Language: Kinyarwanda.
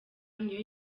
niyo